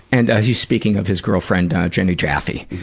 and he's speaking of his girlfriend, jenny jaffe,